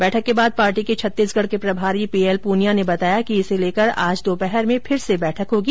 बैठक के बाद पार्टी के छत्तीसगढ़ के प्रभारी पीएल प्रनिया ने बताया कि इसे लेकर आज दोपहर में फिर से बैठक होगी